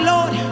Lord